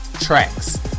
tracks